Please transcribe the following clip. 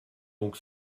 donc